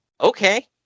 okay